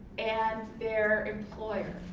and their employer.